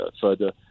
further